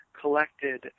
collected